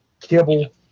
kibble